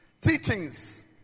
teachings